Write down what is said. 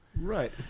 Right